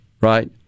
right